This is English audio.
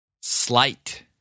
slight